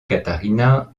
katharina